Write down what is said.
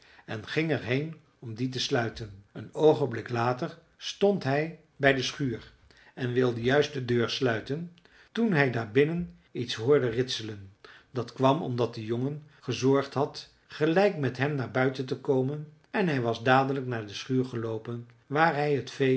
en ging er heen om die te sluiten een oogenblik later stond hij bij de schuur en wilde juist de deur sluiten toen hij daarbinnen iets hoorde ritselen dat kwam omdat de jongen gezorgd had gelijk met hem naar buiten te komen en hij was dadelijk naar de schuur geloopen waar hij het